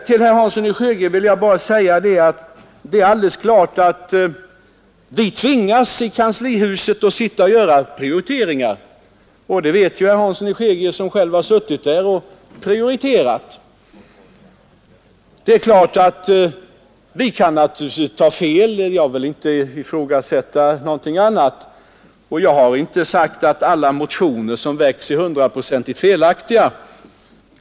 Till herr Hansson i Skegrie vill jag bara säga att det är alldeles klart att vi tvingas i kanslihuset att prioritera. Det vet ju herr Hansson i Skegrie, som själv har suttit där och prioriterat. Det är klart att vi kan ta fel — jag vill inte ifrågasätta något annat. Jag har inte sagt att alla motioner som väcks är hundraprocentigt felaktiga.